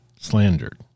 slandered